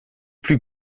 plus